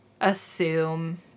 assume